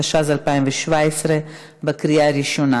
התשע"ז 2017 בקריאה הראשונה.